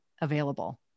available